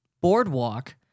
Boardwalk